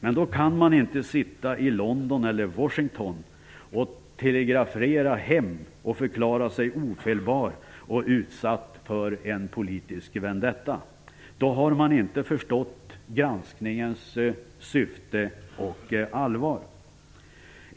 Men då kan man inte sitta i London eller Washington och telegrafera hem och förklara sig ofelbar och utsatt för en politisk vendetta. Då har man inte förstått granskningens syfte och allvar.